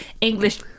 english